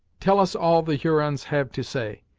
tell us all the hurons have to say,